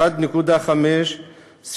1.5 מיליון,